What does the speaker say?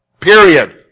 Period